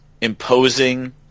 imposing